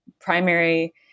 primary